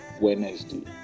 Wednesday